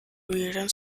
hubieran